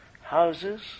houses